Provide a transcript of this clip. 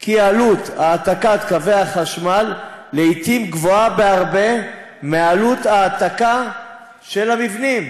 כי עלות העתקת קווי החשמל לעתים גבוהה בהרבה מעלות העתקה של המבנים,